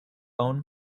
own